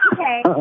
Okay